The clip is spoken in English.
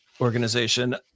organization